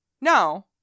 no